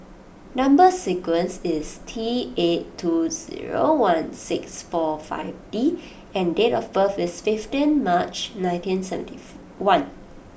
number sequence is T eight two zero one six four five D and date of birth is fifteen March nineteen seventy one